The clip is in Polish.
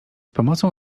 pomocą